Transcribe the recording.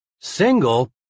Single